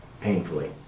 painfully